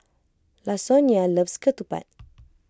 Lasonya loves Ketupat